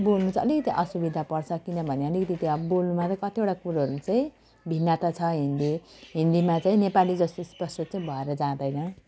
बेल्नु चाहिँ अलिकति असुविधा पर्छ किनभने अलिकति त्यहाँ बोल्नुमा त कतिवटा कुरोहरू चाहिँ भिन्नता छ हिन्दी हिन्दीमा चाहिँ नेपाली जस्तो स्पष्ट चाहिँ भएर जाँदैन